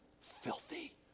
filthy